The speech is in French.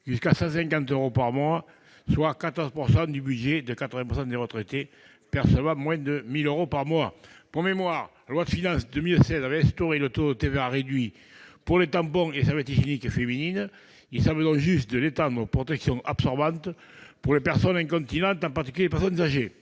à 150 euros par mois, soit 14 % du budget des 80 % de retraités percevant moins de 1 000 euros par mois. Pour mémoire, la loi de finances pour 2016 a instauré ce taux réduit de TVA pour les tampons et les serviettes hygiéniques féminines. Il semble donc juste de l'étendre aux protections absorbantes pour les personnes incontinentes, en particulier les personnes âgées.